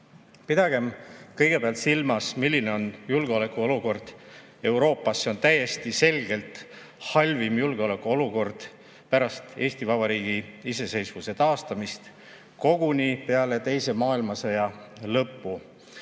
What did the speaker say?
Pidagem kõigepealt silmas, milline on julgeolekuolukord Euroopas. See on täiesti selgelt halvim julgeolekuolukord pärast Eesti Vabariigi iseseisvuse taastamist, koguni peale teise maailmasõja lõppu.